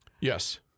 Yes